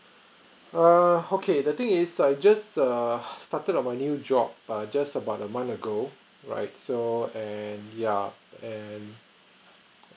uh okay the thing is I just err started of my new job err just about a month ago right so and yeah and